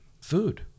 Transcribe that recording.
food